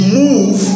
move